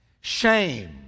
Shame